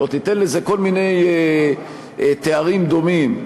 או תיתן לזה כל מיני תארים דומים,